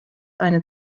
eine